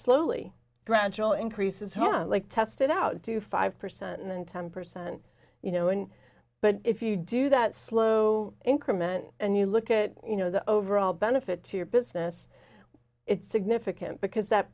slowly gradual increases hot like test it out to five percent and then ten percent you know and but if you do that slow increment and you look at you know the overall benefit to your business it's significant because that